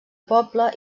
poble